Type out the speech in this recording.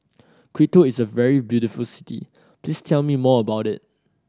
Quito is a very beautiful city please tell me more about it